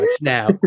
now